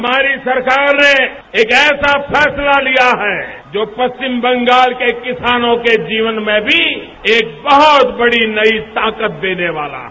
हमारी सरकार ने एक ऐसा फैसला लिया है जो पश्चिम बंगाल के किसानों के जीवन में भी एक बहुत बड़ी नई ताकत देने वाला है